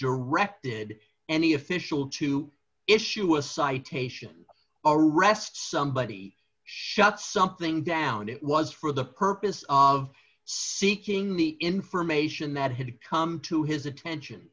directed any official to issue a citation or arrest somebody shut something down it was for the purpose of seeking the information that had come to his attention